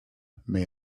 may